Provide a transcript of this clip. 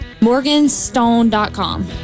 Morganstone.com